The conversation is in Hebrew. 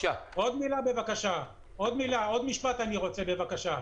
עוד משפט בבקשה.